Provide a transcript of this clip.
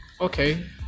okay